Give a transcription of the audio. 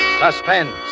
Suspense